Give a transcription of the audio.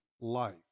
life